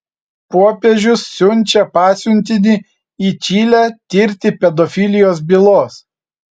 popiežius siunčia pasiuntinį į čilę tirti pedofilijos bylos